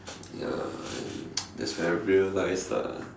ya and that's when I realized lah